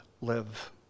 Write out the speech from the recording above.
live